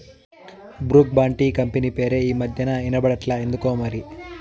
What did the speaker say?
Brooke Bond tea company పేరే ఈ మధ్యనా ఇన బడట్లా ఎందుకోమరి